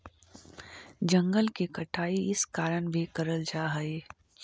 जंगल की कटाई इस कारण भी करल जा हई